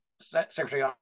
secretary